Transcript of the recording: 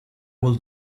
will